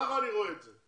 כך אני רואה את זה.